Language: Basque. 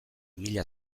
mila